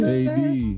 Baby